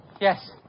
Yes